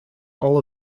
all